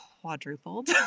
quadrupled